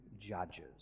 judges